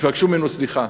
תבקשו ממנו סליחה.